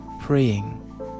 praying